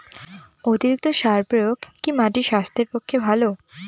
অতিরিক্ত সার প্রয়োগ কি মাটির স্বাস্থ্যের পক্ষে ভালো?